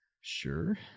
Sure